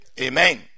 Amen